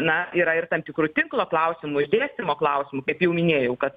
na yra ir tam tikrų tinklo klausimų išdėstymo klausimų kaip jau minėjau kad